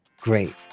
great